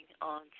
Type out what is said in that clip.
on